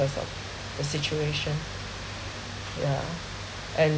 that the situation yeah and